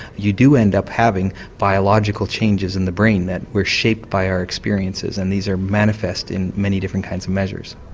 you do end up having biological changes in the brain that were shaped by our experiences and these are manifest in many different kinds of measures.